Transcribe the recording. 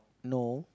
no